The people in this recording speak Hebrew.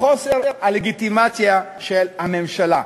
חוסר לגיטימציה של הממשלה.